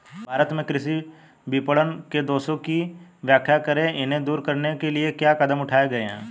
भारत में कृषि विपणन के दोषों की व्याख्या करें इन्हें दूर करने के लिए क्या कदम उठाए गए हैं?